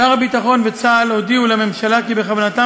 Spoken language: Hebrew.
שר הביטחון וצה"ל הודיעו לממשלה כי בכוונתם